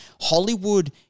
Hollywood